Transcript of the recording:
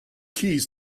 keys